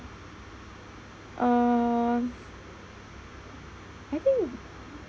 um I think